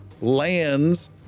lands